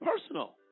personal